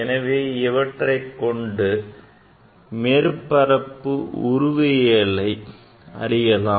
எனவே இவற்றைக் கொண்டு மேற்பரப்பு உருவயியலை அறியலாம்